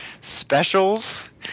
specials